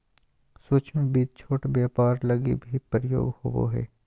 सूक्ष्म वित्त छोट व्यापार लगी भी प्रयोग होवो हय